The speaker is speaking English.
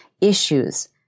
issues